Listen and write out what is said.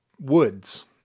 woods